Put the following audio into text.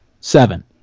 Seven